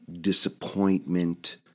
disappointment